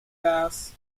cass